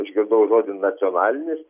išgirdau žodį nacionalinis